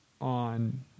on